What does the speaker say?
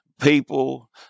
people